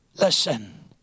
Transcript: listen